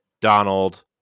donald